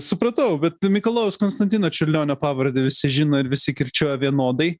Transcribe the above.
supratau bet mikalojaus konstantino čiurlionio pavardę visi žino ir visi kirčiuoja vienodai